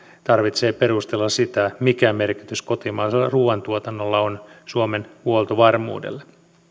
tarvitsee perustella sitä mikä merkitys kotimaisella ruuantuotannolla on suomen huoltovarmuudelle